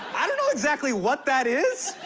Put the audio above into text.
i don't know exactly what that is,